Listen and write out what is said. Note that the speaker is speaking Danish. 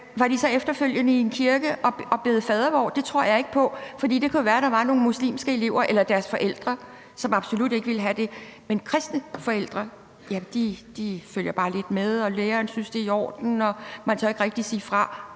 Var de så efterfølgende i en kirke og bede fadervor? Det tror jeg ikke på, fordi det jo kunne være, at der var nogle muslimske elever eller deres forældre, som absolut ikke ville have det. Men kristne forældre følger jo bare lidt med, og læreren synes, det er i orden, og man tør ikke rigtig sige fra.